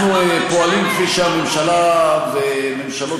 אנחנו פועלים כפי שהממשלה וממשלות